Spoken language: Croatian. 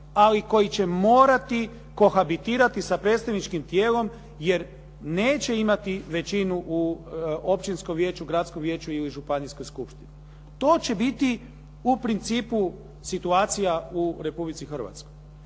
ali koji će morati kohabitirati sa predstavničkim tijelom jer neće imati većinu u općinskom vijeću, gradskom vijeću ili županijskoj skupštini. To će biti u principu situacija u Republici Hrvatskoj.